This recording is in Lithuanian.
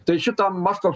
tai šito mąsto